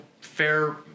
fair